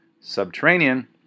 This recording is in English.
Subterranean